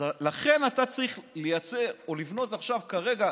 לכן אתה צריך לייצר או לבנות עכשיו כרגע